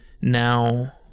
now